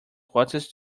waltzed